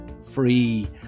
free